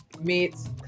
meets